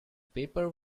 paper